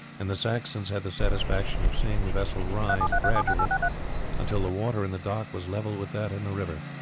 and the saxons had the satisfaction of seeing the vessel rise gradually until the water in the dock was level with that in the river.